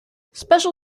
special